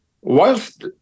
Whilst